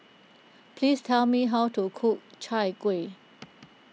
please tell me how to cook Chai Kueh